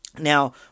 Now